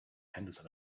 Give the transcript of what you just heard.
henderson